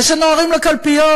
ושנוהרים לקלפיות,